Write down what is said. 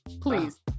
please